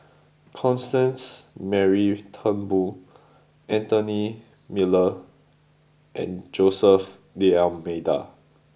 Constance Mary Turnbull Anthony Miller and Jose D'almeida